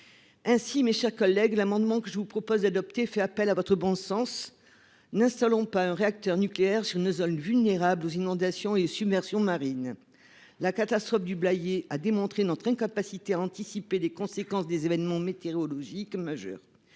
Ainsi, mes chers collègues, l'amendement que je vous propose d'adopter fait appel à votre bon sens : n'installons pas un réacteur nucléaire sur une zone vulnérable aux inondations et aux submersions marines. La catastrophe du Blayais a démontré notre incapacité à anticiper les conséquences des événements météorologiques majeurs.